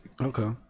okay